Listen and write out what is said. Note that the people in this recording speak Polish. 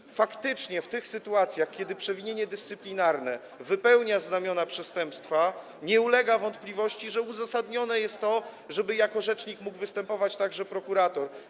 I faktycznie w tych sytuacjach, kiedy przewinienie dyscyplinarne wypełnia znamiona przestępstwa, nie ulega wątpliwości, że uzasadnione jest to, żeby jako rzecznik mógł występować także prokurator.